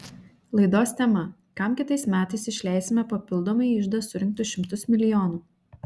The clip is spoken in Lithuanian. laidos tema kam kitais metais išleisime papildomai į iždą surinktus šimtus milijonų